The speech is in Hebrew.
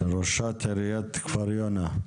ראשת עיריית כפר יונה.